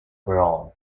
brown